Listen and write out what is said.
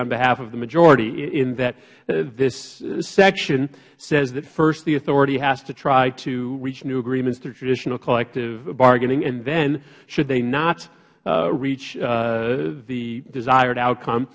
on behalf of the majority in that this section says that first the authority has to try to reach new agreements through traditional collective bargaining and then should they not reach the desired outcome